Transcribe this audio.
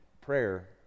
prayer